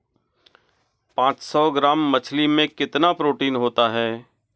पांच सौ ग्राम मछली में कितना प्रोटीन होता है?